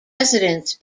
residents